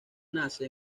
nace